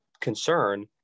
concern